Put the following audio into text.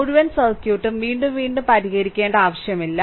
മുഴുവൻ സർക്യൂട്ടും വീണ്ടും വീണ്ടും പരിഹരിക്കേണ്ട ആവശ്യമില്ല